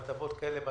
הטבות כאלו ואחרות.